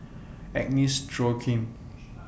Agnes Joaquim